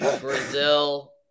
Brazil